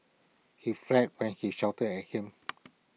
he fled when she shouted at him